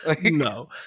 No